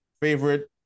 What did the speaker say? Favorite